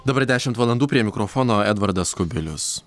dabar dešimt valandų prie mikrofono edvardas kubilius